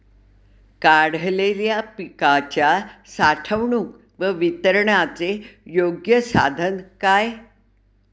काढलेल्या पिकाच्या साठवणूक व वितरणाचे योग्य साधन काय?